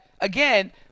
again